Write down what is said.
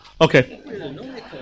Okay